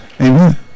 Amen